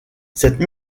cette